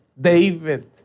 David